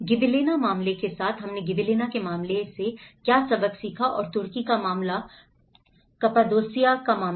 Gibellina के मामले के साथ हमने गिबेलिना के मामले से क्या सबक सीखा है और तुर्की का मामला कप्पादोसिया मामला